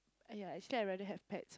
yeah actually I rather have pets